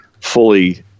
fully